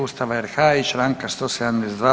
Ustava RH i članka 172.